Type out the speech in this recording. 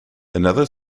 another